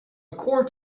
quart